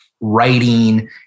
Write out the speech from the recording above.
Writing